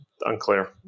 unclear